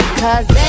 cause